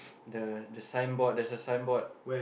the the signboard there's a signboard